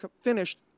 finished